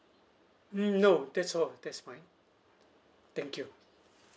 mm no that's all that's fine thank you